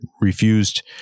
refused